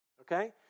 okay